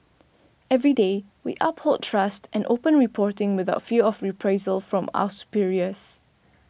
every day we uphold trust and open reporting without fear of reprisal from our superiors